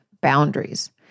boundaries